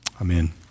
Amen